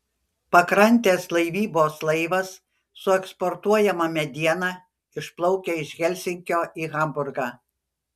pakrantės laivybos laivas su eksportuojama mediena išplaukia iš helsinkio į hamburgą